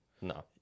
No